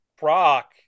Brock